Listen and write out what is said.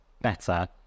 better